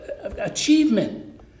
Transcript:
achievement